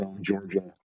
Georgia